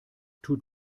tut